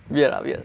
weird lah weird